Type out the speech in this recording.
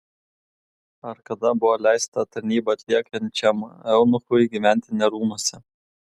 ar kada buvo leista tarnybą atliekančiam eunuchui gyventi ne rūmuose